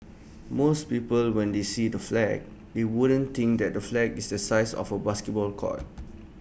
most people when they see the flag they wouldn't think that the flag is the size of A basketball court